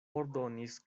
ordonis